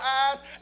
eyes